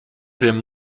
wiem